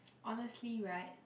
honestly right